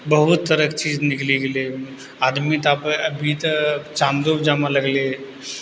बहुत तरहके चीज निकलि गेलै आदमी तऽ आब अभी तऽ चाँदोपर जाबए लगलै